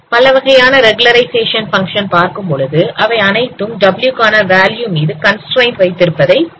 பலவகையான regularization function பார்க்கும்பொழுது அவை அனைத்தும் w காண வேல்யூ மீது constraint வைத்திருப்பதை பார்க்கலாம்